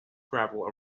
gravel